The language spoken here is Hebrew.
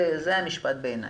זה המשפט בעיניי.